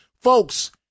Folks